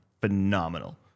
phenomenal